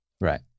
Right